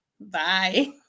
bye